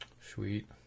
sweet